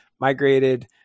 migrated